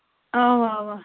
اَوا اَوا